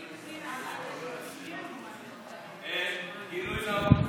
גילוי נאות.